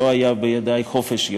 לא היה בידי חופש,